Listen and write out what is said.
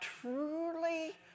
truly